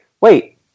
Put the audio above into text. Wait